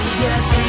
yes